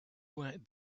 went